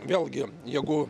vėlgi jeigu